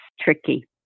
tricky